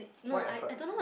why effort